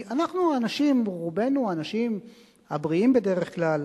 כי אנחנו, רובנו אנשים בריאים בדרך כלל.